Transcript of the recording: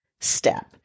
step